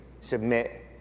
submit